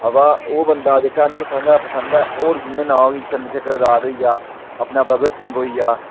अबा ओह् बंदा हा जेहका मिगी सारे शा पसंद ऐ होर जियां नांऽ होई गे चन्द्र शेखर आजाद होई गेआ अपना भगत सिहं होई गेआ